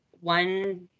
one